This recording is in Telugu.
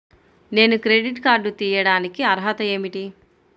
నేను క్రెడిట్ కార్డు తీయడానికి అర్హత ఏమిటి?